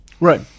Right